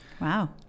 Wow